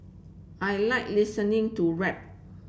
I like listening to rap